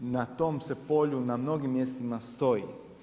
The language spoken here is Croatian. Na tom se polju na mnogim mjestima stoji.